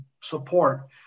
support